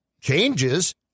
changes